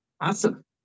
Awesome